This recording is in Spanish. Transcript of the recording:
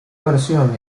versión